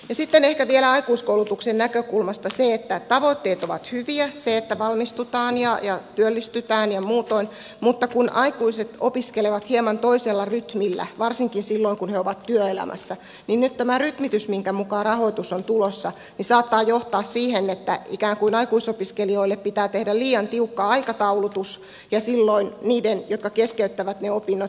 sitten ehkä vielä aikuiskoulutuksen näkökulmasta se että tavoitteet ovat hyviä se että valmistutaan ja työllistytään ja muutoin mutta kun aikuiset opiskelevat hieman toisella rytmillä varsinkin silloin kun he ovat työelämässä niin nyt tämä rytmitys minkä mukaan rahoitus on tulossa saattaa johtaa siihen että ikään kuin aikuisopiskelijoille pitää tehdä liian tiukka aikataulutus ja silloin niiden jotka keskeyttävät ne opinnot määrä kasvaa